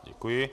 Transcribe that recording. Děkuji.